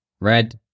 Red